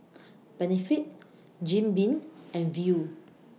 Benefit Jim Beam and Viu